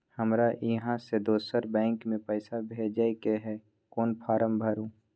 हमरा इहाँ से दोसर बैंक में पैसा भेजय के है, कोन फारम भरू?